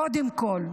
קודם כול.